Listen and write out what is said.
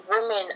women